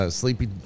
sleepy